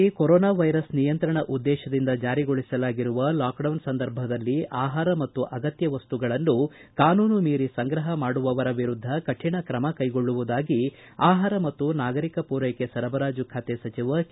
ರಾಜ್ಯದಲ್ಲಿ corona virus ನಿಯಂತ್ರಣ ಉದ್ದೇಶದಿಂದ ಜಾರಿಗೊಳಿಸಲಾಗಿರುವ ಲಾಕ್ಡೌನ್ ಸಂದರ್ಭದಲ್ಲಿ ಆಹಾರ ಮತ್ತು ಅಗತ್ಯ ವಸ್ತುಗಳನ್ನು ಕಾನೂನು ಮೀರಿ ಸಂಗ್ರಹ ಮಾಡುವವರ ವಿರುದ್ದ ಕಠಿಣ ತ್ರಮ ಕೈಗೊಳ್ಳುವುದಾಗಿ ಆಹಾರ ಮತ್ತು ನಾಗರಿಕ ಸರಬರಾಜು ಖಾತೆ ಸಚಿವ ಕೆ